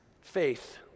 faith